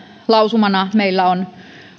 lausumana meillä on